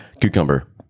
Cucumber